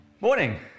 Morning